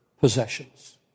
possessions